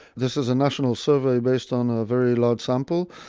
this is a national survey based on a very large sample.